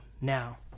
now